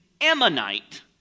Ammonite